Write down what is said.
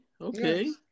Okay